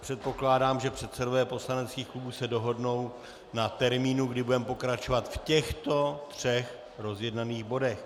Předpokládám, že předsedové poslaneckých klubů se dohodnou na termínu, kdy budeme pokračovat v těchto třech rozjednaných bodech.